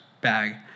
bag